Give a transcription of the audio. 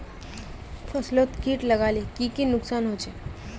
फसलोत किट लगाले की की नुकसान होचए?